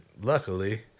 luckily